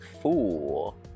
fool